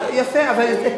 יפה.